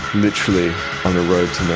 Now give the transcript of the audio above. literally on a road to